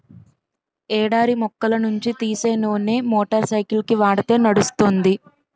ఎడారి మొక్కల నుంచి తీసే నూనె మోటార్ సైకిల్కి వాడితే నడుస్తుంది